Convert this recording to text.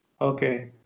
Okay